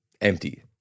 empty